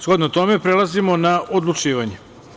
Shodno tome, prelazimo na odlučivanje.